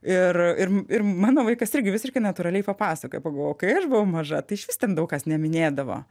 ir ir ir mano vaikas irgi visiškai natūraliai papasakojo pagalvojau kai aš buvau maža tai išvis ten daug kas neminėdavo